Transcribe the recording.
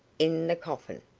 in the coffin.